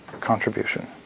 contribution